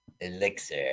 Elixir